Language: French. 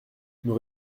nous